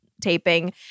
taping